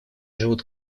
живут